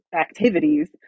activities